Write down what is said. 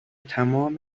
تمام